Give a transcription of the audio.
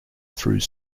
through